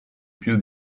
più